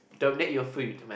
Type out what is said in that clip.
donate your food to man